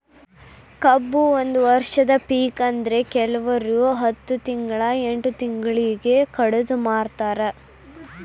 ಕಬ್ಬು ಒಂದ ವರ್ಷದ ಪಿಕ ಆದ್ರೆ ಕಿಲ್ವರು ಹತ್ತ ತಿಂಗ್ಳಾ ಎಂಟ್ ತಿಂಗ್ಳಿಗೆ ಕಡದ ಮಾರ್ತಾರ್